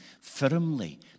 firmly